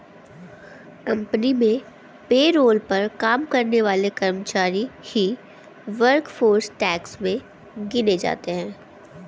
company में payroll पर काम करने वाले कर्मचारी ही वर्कफोर्स टैक्स में गिने जाते है